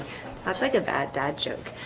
that's like a bad dad joke.